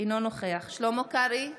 אינו נוכח שלמה קרעי,